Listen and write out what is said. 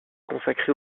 consacré